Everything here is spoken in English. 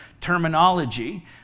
terminology